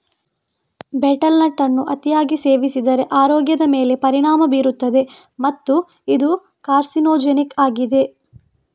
betel nut ಅನ್ನು ಅತಿಯಾಗಿ ಸೇವಿಸಿದರೆ ಆರೋಗ್ಯದ ಮೇಲೆ ಪರಿಣಾಮ ಬೀರುತ್ತದೆ ಮತ್ತು ಇದು ಕಾರ್ಸಿನೋಜೆನಿಕ್ ಆಗಿದೆ